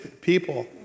people